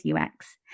UX